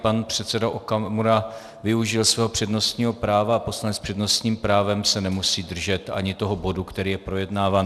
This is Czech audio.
Pan předseda Okamura využil svého přednostního práva a poslanec s přednostním právem se nemusí držet ani toho bodu, který je projednáván.